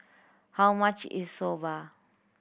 how much is Soba